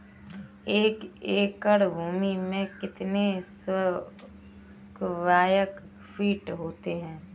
एक एकड़ भूमि में कितने स्क्वायर फिट होते हैं?